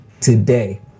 today